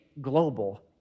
global